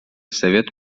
совет